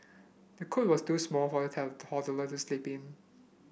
the cot was too small for the toddler to sleep in